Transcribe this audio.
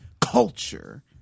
culture